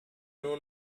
nur